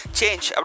change